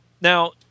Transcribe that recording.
Now